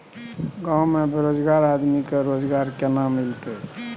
गांव में बेरोजगार आदमी के रोजगार केना मिलते?